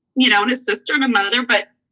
you know, and a sister and a mother. but